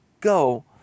go